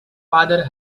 father